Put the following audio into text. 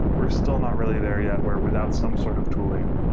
we're still not really there yet, where without some sort of tooling,